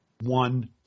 one